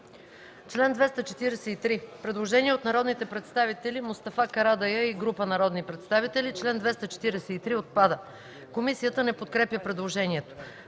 Член 361 – предложение от народния представител Мустафа Карадайъ и група народни представители. Член 361 отпада. Комисията не подкрепя предложението.